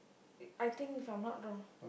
I think if I'm not wrong